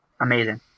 Amazing